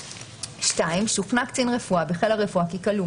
(2) שוכנע קצין רפואה בחיל הרפואה כי כלוא,